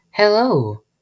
Hello